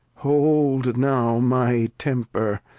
hold now, my temper,